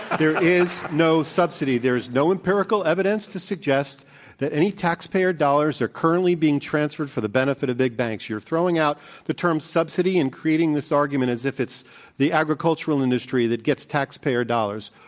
there is no subsidy. there is no empirical evidence to suggest that any taxpayer dollars are currently being transferred for the benefit of big banks. you're throwing out the term subsidy and creating this argument as if it's the agricultural industry that gets taxpayer dollars.